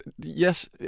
yes